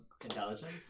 Intelligence